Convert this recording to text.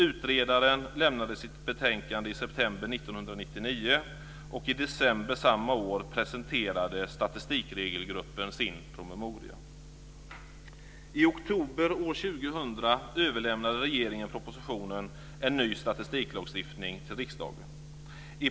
Utredaren lämnade sitt betänkande i september 1999, och i december samma år presenterade Statistikregelgruppen sin promemoria.